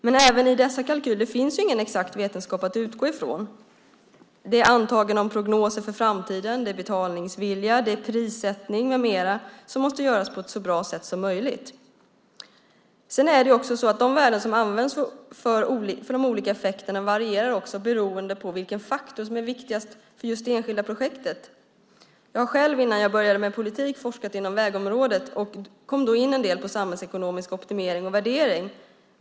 Men det finns ingen exakt vetenskap att utgå från. Det är antaganden om prognoser för framtiden. Det handlar om betalningsvilja. Det är prissättning med mera som måste göras på ett så bra sätt som möjligt. De värden som används för de olika effekterna varierar också beroende på vilken faktor som är viktigast för just det enskilda projektet. Jag har själv, innan jag började med politik, forskat inom vägområdet och kom då in en del på samhällsekonomisk optimering och värdering.